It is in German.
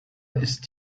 ist